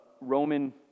Roman